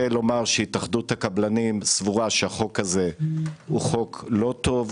לומר שהתאחדות הקבלנים סבורה שהחוק הזה הוא חוק לא טוב,